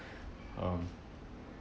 um